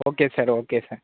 okay sir okay sir